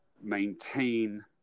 maintain